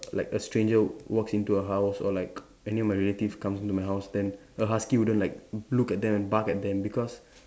like a stranger walks into a house or like any of my relatives comes into my house then a husky wouldn't like look at them and bark at them because